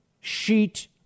sheet